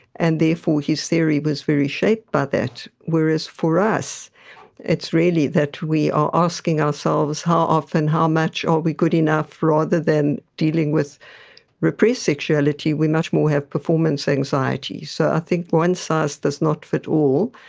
and therefore his theory was very shaped by that, whereas for us it's really that we are asking ourselves how often, how much, are we good enough. rather than dealing with repressed sexuality, we much more have performance anxiety. so i think one size does not fit all.